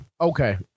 Okay